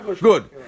Good